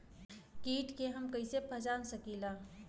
कीट के हम कईसे पहचान सकीला